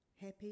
Happy